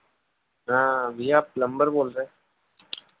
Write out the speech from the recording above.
हाँ भैया आप पलम्बर बोल रहे